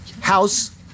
house